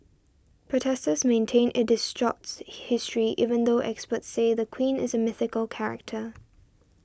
protesters maintain it distorts history even though experts say the queen is a mythical character